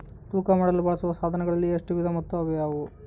ತೂಕ ಮಾಡಲು ಬಳಸುವ ಸಾಧನಗಳಲ್ಲಿ ಎಷ್ಟು ವಿಧ ಮತ್ತು ಯಾವುವು?